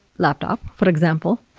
laptop for example,